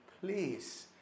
please